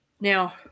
Now